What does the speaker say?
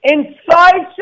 Inside